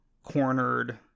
cornered